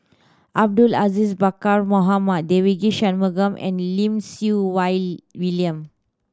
Abdul Aziz Pakkeer Mohamed Devagi Sanmugam and Lim Siew Wai William